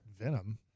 venom